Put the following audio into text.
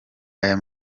aya